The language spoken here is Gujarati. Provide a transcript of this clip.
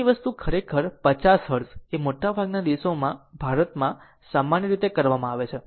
આપણી વસ્તુ ખરેખર50 હર્ટ્ઝ એ મોટાભાગના દેશોમાં ભારતમાં સામાન્ય રીતે કરવામાં આવે છે